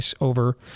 over